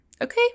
Okay